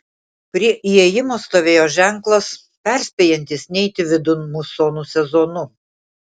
prie įėjimo stovėjo ženklas perspėjantis neiti vidun musonų sezonu